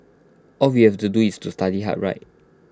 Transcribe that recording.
all we have to do is to study hard right